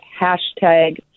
hashtag